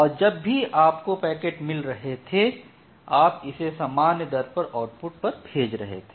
और जब भी आपको पैकेट मिल रहे थे आप इसे सामान दर पर आउटपुट भेज रहे थे